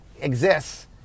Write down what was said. exists